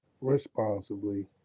responsibly